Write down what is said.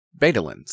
Betalins